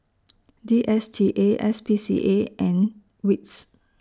D S T A S P C A and WITS